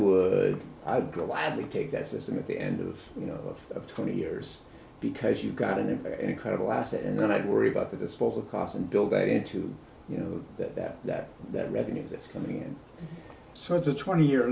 would i'd gladly take that system at the end of you know of twenty years because you've got an incredible asset and then i'd worry about the disposal cost and build it into you know that that that that revenue that's coming in so it's a twenty year